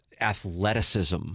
athleticism